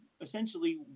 essentially